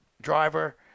driver –